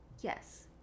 Yes